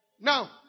Now